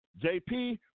JP